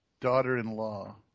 daughter-in-law